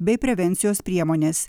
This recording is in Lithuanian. bei prevencijos priemonės